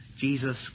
jesus